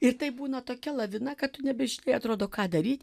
ir taip būna tokia lavina kad tu nebežinai atrodo ką daryti